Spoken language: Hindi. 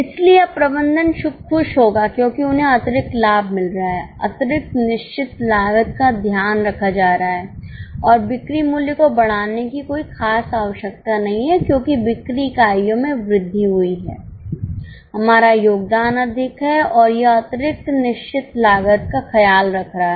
इसलिए अब प्रबंधन खुश होगा क्योंकि उन्हें अतिरिक्त लाभ मिल रहा है अतिरिक्त निश्चित लागत का ध्यान रखा जा रहा है और बिक्री मूल्य को बढ़ाने की कोई खास आवश्यकता नहीं है क्योंकि बिक्री इकाइयों में वृद्धि हुई है हमारा योगदान अधिक है और यह अतिरिक्त निश्चित लागत का ख्याल रख रहा है